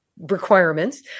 requirements